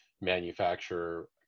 Manufacturer